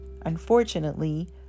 unfortunately